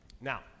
Now